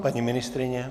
Paní ministryně?